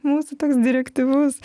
mūsų toks direktyvus